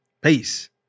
Peace